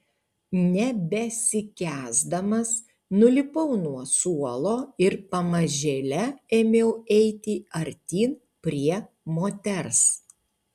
nebesikęsdamas nulipau nuo suolo ir pamažėle ėmiau eiti artyn prie moters